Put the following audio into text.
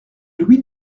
louis